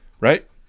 Right